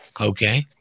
okay